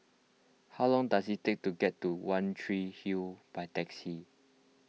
how long does it take to get to one Tree Hill by taxi